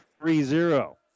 three-zero